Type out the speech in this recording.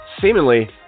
seemingly